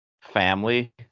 family